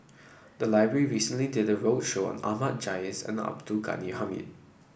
the library recently did a roadshow on Ahmad Jais and Abdul Ghani Hamid